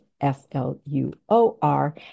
f-l-u-o-r